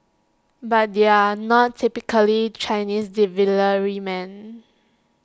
but they're not typically Chinese deliverymen